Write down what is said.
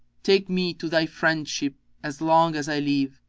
take me to thy friendship as long as i live,